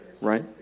right